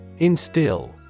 Instill